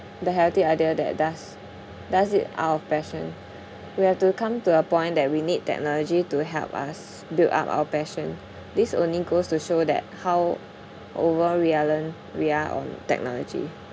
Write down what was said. the healthy idea that does does it our passion we have to come to a point that we need technology to help us build up our passion this only goes to show that how over reliant we are on technology